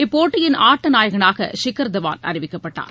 இப்போட்டியின் ஆட்டநாயகனாக ஷிகர் தவான் அறிவிக்கப்பட்டார்